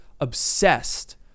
obsessed